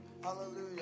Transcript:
Hallelujah